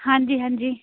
ਹਾਂਜੀ ਹਾਂਜੀ